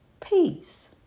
Peace